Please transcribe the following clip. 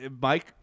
Mike